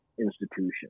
institution